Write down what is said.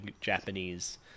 Japanese